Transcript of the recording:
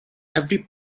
every